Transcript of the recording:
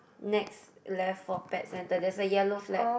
next left for pet centre there's a yellow flag